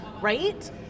right